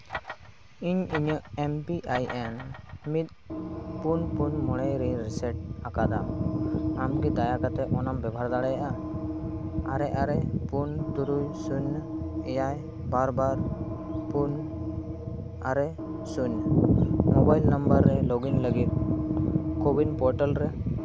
ᱤᱧ ᱤᱧᱟᱹᱜ M P I N ᱢᱤᱫ ᱯᱩᱱ ᱯᱩᱱ ᱢᱚᱬᱮ ᱨᱮ ᱨᱤᱥᱟᱨᱪ ᱟᱠᱟᱫᱟ ᱟᱢ ᱠᱤ ᱫᱟᱭᱟ ᱠᱟᱛᱮ ᱚᱱᱟᱢ ᱵᱮᱵᱚᱦᱟᱨ ᱫᱟᱲᱮᱭᱟᱜᱼᱟ ᱟᱨᱮ ᱟᱨᱮ ᱯᱩᱱ ᱛᱩᱨᱩᱭ ᱥᱩᱱᱱᱚ ᱮᱭᱟᱭ ᱵᱟᱨ ᱵᱟᱨ ᱯᱩᱱ ᱟᱨᱮ ᱥᱩᱱᱱᱚ ᱢᱳᱵᱟᱭᱤᱞ ᱱᱟᱢᱵᱟᱨ ᱨᱮ ᱞᱚᱜᱽᱤᱱ ᱞᱟᱹᱜᱤᱫ ᱠᱳᱵᱷᱤᱱ ᱯᱳᱨᱴᱟᱞ ᱨᱮ